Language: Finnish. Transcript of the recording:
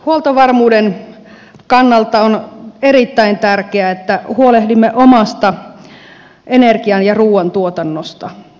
huoltovarmuuden kannalta on erittäin tärkeää että huolehdimme omasta energian ja ruoan tuotannosta